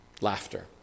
laughter